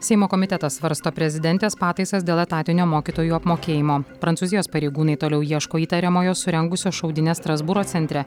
seimo komitetas svarsto prezidentės pataisas dėl etatinio mokytojų apmokėjimo prancūzijos pareigūnai toliau ieško įtariamojo surengusio šaudynes strasbūro centre